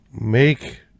Make